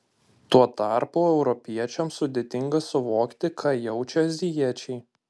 tuo tarpu europiečiams sudėtinga suvokti ką jaučia azijiečiai